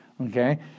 Okay